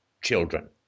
children